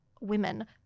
women